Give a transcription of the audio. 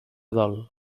dol